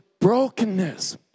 brokenness